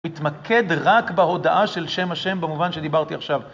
להתמקד רק בהודעה של שם ה' במובן שדיברתי עכשיו.